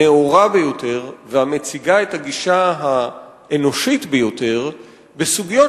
הנאורה ביותר והמציגה את הגישה האנושית ביותר בסוגיות